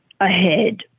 ahead